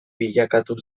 bilakatu